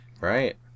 right